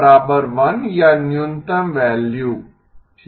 1 या न्यूनतम वैल्यू ठीक है